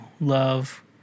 love